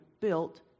built